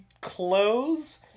clothes